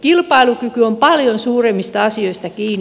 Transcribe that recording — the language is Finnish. kilpailukyky on paljon suuremmista asioista kiinni